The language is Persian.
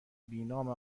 بینام